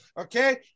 Okay